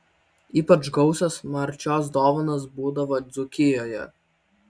ypač gausios marčios dovanos būdavo dzūkijoje